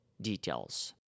details